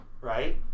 right